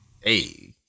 Hey